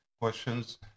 questions